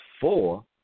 four